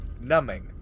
numbing